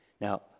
now